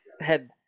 head